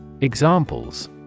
Examples